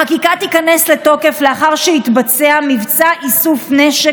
החקיקה תיכנס לתוקף לאחר שיתבצע מבצע איסוף נשק